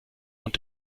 und